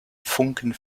funken